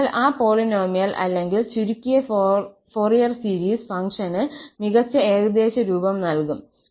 അതിനാൽ ആ പോളിനോമിയൽ അല്ലെങ്കിൽ ചുരുക്കിയ ഫോറിയർ സീരീസ് ഫംഗ്ഷന് മികച്ച ഏകദേശരൂപം നൽകും